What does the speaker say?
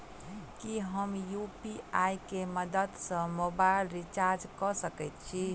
की हम यु.पी.आई केँ मदद सँ मोबाइल रीचार्ज कऽ सकैत छी?